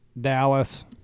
Dallas